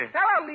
Hello